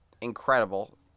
incredible